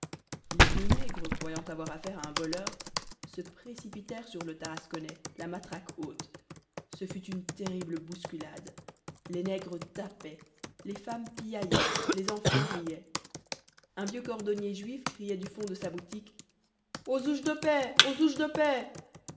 les deux nègres croyant avoir affaire à un voleur se précipitèrent sur le tarasconnais la matraque haute ce fut une terrible bousculade les nègres tapaient les femmes piaillaient les enfants riaient un vieux cordonnier juif criait du fond de sa boutique au zouge de paix au zouge de paix